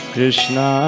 Krishna